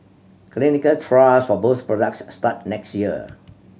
clinical trials for both products start next year